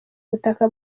butaka